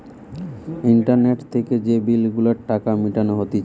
internet থেকে যে bill গুলার টাকা মিটানো হতিছে